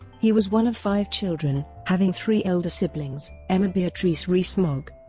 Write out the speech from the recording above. he was one of five children, having three elder siblings, emma beatrice rees-mogg,